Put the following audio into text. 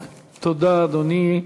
תודה, אדוני.